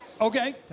okay